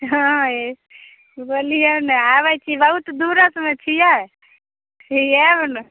हँ ए बोलिऔ ने आबैत छी बहुत दूरसँमे छियै ई आएब ने